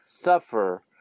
suffer